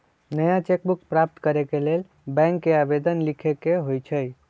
नया cheque book प्राप्त करेके लेल बैंक के आवेदन लीखे के होइ छइ